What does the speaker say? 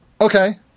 Okay